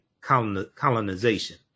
colonization